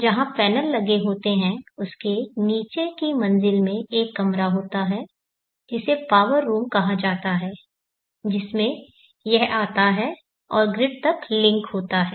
जहाँ पैनल लगे होते हैं उसके नीचे की मंज़िल में एक कमरा होता है जिसे पावर रूम कहा जाता है जिसमें यह आता है और ग्रिड तक लिंक होता है